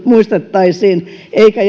muistettaisiin eikä